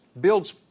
builds